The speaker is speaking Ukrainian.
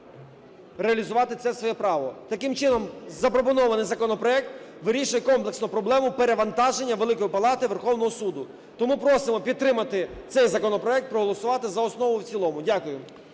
реалізувати це своє право. Таким чином запропонований законопроект вирішує комплексно проблему перевантаження Великої Палати Верховного Суду. Тому просимо підтримати цей законопроект, проголосувати за основу і в цілому.